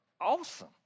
Awesome